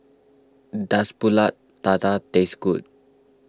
does Pulut Tatal taste good